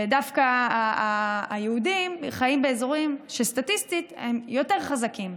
ודווקא היהודים חיים באזורים שסטטיסטית הם יותר חזקים.